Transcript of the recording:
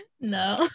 No